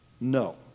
No